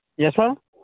yes ma'am